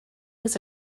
was